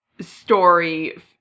story